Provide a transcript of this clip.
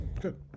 good